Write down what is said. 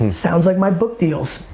and sounds like my book deals.